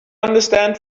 understand